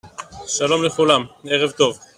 שלום לכולם, ערב טוב.